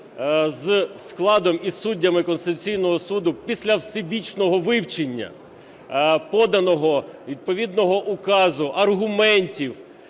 зі складом і суддями Конституційного Суду, після всебічного вивчення, поданого відповідного указу, аргументів,